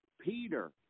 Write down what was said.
Peter